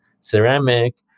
ceramic